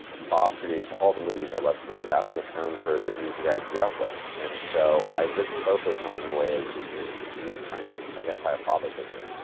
bob produced all the movies i loved growing up and the stones were the music i grew up with, and so, i looked at both of those films in a way as me trying to identify a father figure.